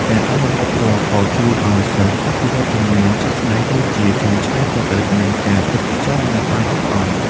ការអនុវត្តផ្ទាល់ក៏ជួយឱ្យសិស្សអភិវឌ្ឍជំនាញជាក់ស្តែងដូចជា ការច្នៃប្រឌិត និងការគិតពិចារណាបានល្អិតល្អន់។